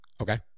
Okay